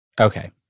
Okay